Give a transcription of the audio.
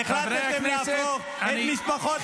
זה אנרכיסטים, זה אנרכיסטים.